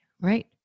right